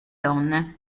donne